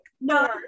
no